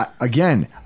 Again